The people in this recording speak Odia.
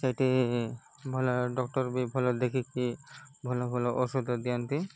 ସେଠି ଭଲ ଡକ୍ଟର ବି ଭଲ ଦେଖିକି ଭଲ ଭଲ ଔଷଧ ଦିଅନ୍ତି